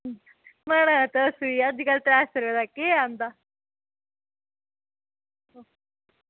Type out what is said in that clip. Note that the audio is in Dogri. मड़ो तुस अज्जकल त्रैऽ सौ रपे दा केह् औंदा